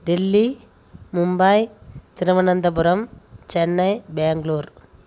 Delhi Mumbai Thiruvananthapuram Chennai Bangalore